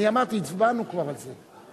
אני אמרתי, הצבענו כבר על זה.